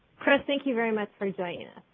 chris, thank you very much for joining us.